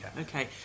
Okay